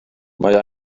mae